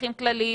נכים כלליים,